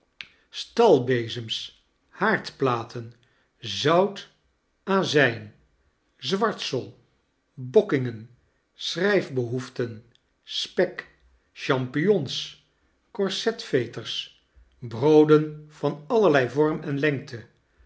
stalbezems haaxdplaten zout azijn zwartsel bokkingem schrijfbehoeften spek champignohs corsetveters brooden van allerlei vorm en lengte